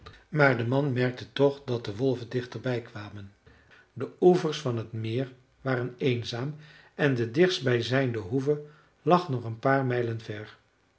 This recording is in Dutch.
maar de man merkte toch dat de wolven dichter bij kwamen de oevers van t meer waren eenzaam en de dichtstbijzijnde hoeve lag nog een paar mijlen ver